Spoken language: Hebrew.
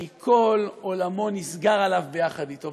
כי כל עולמו נסגר עליו יחד אתו.